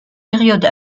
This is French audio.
période